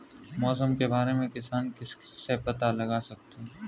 मौसम के बारे में किसान किससे पता लगा सकते हैं?